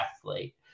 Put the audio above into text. athlete